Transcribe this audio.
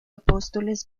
apóstoles